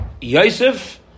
Yosef